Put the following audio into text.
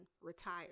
retire